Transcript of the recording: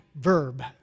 verb